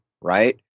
right